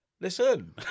Listen